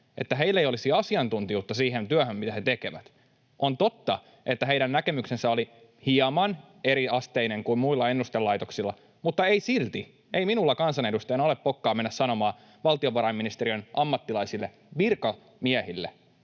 ennusteita, ei olisi asiantuntijuutta siihen työhön, mitä he tekevät. On totta, että heidän näkemyksensä oli hieman eriasteinen kuin muilla ennustelaitoksilla. Mutta ei minulla silti kansanedustajana ole pokkaa mennä sanomaan valtiovarainministeriön ammattilaisille, virkamiehille,